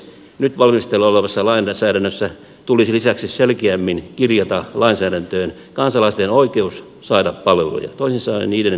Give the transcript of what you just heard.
nyt valmisteilla olevaan lainsäädäntöön tulisi lisäksi selkeämmin kirjata kansalaisten oikeus saada palveluja toisin sanoen niiden saatavuus